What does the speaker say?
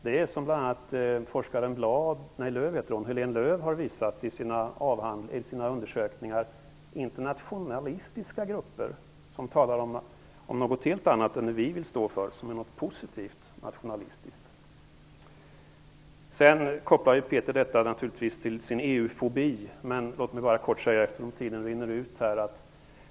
Det är, som bl.a. forskaren Heléne Lööw har visat i sina undersökningar, internationalistiska grupper som talar om något helt annat än det vi vill stå för, som är något positivt nationalistiskt. Peter Eriksson kopplar naturligtvis detta till sin EU-fobi.